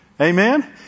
Amen